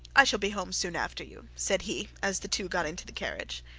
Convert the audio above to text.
i shall be home soon after you said he, as the two got into the carriage.